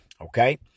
Okay